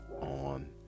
on